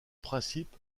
principe